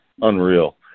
unreal